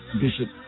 Bishop